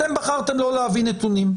אתם בחרתם לא להביא נתונים.